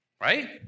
right